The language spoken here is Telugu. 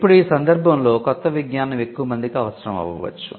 ఇప్పుడు ఈ సందర్భంలో కొత్త విజ్ఞానం ఎక్కువ మందికి అవసరం అవ్వవచ్చు